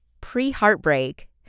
pre-heartbreak